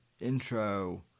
intro